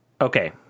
Okay